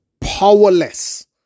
powerless